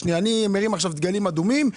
אני מרים עכשיו דגלים אדומים.